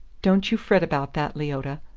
don't you fret about that, leota.